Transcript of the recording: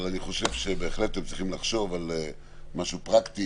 אבל אני חושב שבהחלט אתם צריכים לחשוב על משהו פרקטי